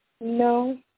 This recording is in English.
No